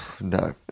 No